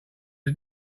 was